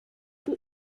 die